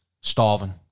starving